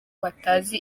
batazi